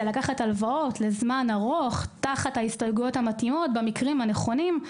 לקחת הלוואות לטווח ארוך תחת ההסתייגויות הנכונות במקרים הנכונים,